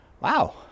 wow